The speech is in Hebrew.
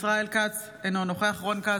ישראל כץ, אינו נוכח רון כץ,